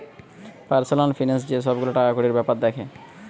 personal finance যে সব গুলা টাকাকড়ির বেপার দ্যাখে